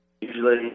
usually